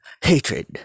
Hatred